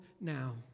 now